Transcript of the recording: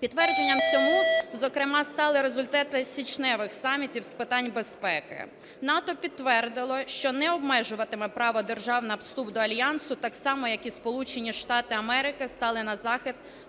Підтвердженням цьому, зокрема, стали результати січневих самітів з питань безпеки. НАТО підтвердило, що не обмежуватиме право держав на вступ до Альянсу, так само, як і Сполучені Штати Америки стали на захист